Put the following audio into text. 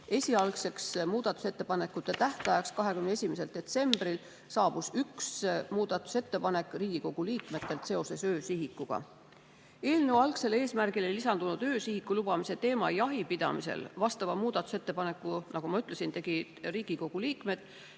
Esialgseks muudatusettepanekute tähtajaks 21. detsembril saabus üks muudatusettepanek Riigikogu liikmetelt seoses öösihikuga. Eelnõu algsele eesmärgile lisandunud öösihiku lubamise teema jahipidamisel – vastava muudatusettepaneku, nagu ma ütlesin, tegid Riigikogu liikmed